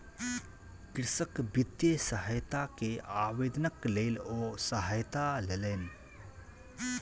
कृषक वित्तीय सहायता के आवेदनक लेल ओ सहायता लेलैन